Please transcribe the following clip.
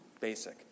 basic